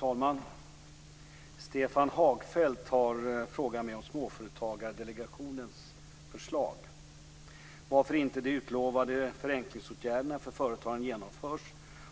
Fru talman! Stefan Hagfeldt har frågat mig om Småföretagsdelegationens förslag, varför inte de utlovade förenklingsåtgärderna för företagarna genomförs